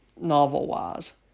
novel-wise